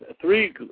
three